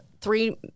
three